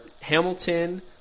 Hamilton